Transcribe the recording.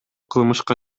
кылмышка